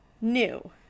new